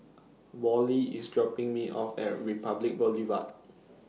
Wally IS dropping Me off At Republic Boulevard